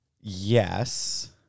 Yes